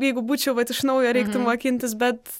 jeigu būčiau vat iš naujo reiktų mokintis bet